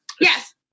Yes